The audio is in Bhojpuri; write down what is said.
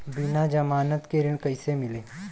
बिना जमानत के ऋण कईसे मिली?